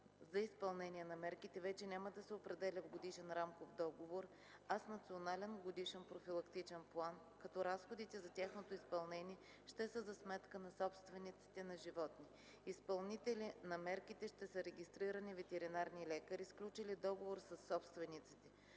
за изпълнение на мерките вече няма да се определя в годишен рамков договор, а с Национален годишен профилактичен план, като разходите за тяхното изпълнение ще са за сметка на собствениците на животни. Изпълнители на мерките ще са регистрирани ветеринарни лекари, сключили договор със собствениците.